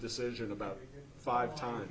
decision about five times